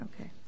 Okay